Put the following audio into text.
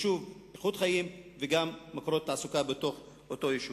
יישוב זה איכות חיים וגם מקורות תעסוקה בתוך אותו יישוב.